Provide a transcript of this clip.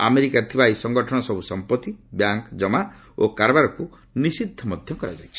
ଆମେରିକାରେ ଥିବା ଏହି ସଂଗଠନର ସବୁ ସମ୍ପତ୍ତି ବ୍ୟାଙ୍କ ଜମା ଓ କାରବାରକୁ ନିଷିଦ୍ଧ ମଧ୍ୟ କରାଯାଇଛି